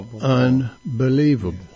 unbelievable